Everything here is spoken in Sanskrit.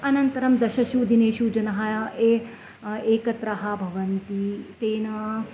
अनन्तरं दशशु दिनेषु जनः ए एकत्र भवन्ति तेन